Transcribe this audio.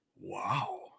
Wow